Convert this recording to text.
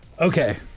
Okay